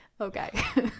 Okay